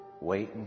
waiting